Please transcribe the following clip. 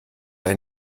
ein